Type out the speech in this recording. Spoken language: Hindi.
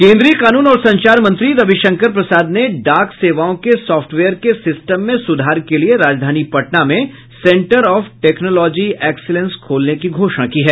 केंद्रीय कानून और संचार मंत्री रविशंकर प्रसाद ने डाक सेवाओं के सॉफ्टवेयर के सिस्टम में सुधार के लिये राजधानी पटना में सेंटर ऑफ टेक्नोलॉजी एक्सीलेंस खोलने की घोषणा की है